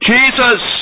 Jesus